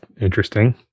interesting